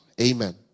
Amen